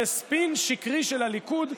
זה ספין שקרי של הליכוד,